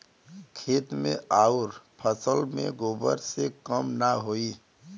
खेत मे अउर फसल मे गोबर से कम ना होई?